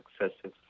excessive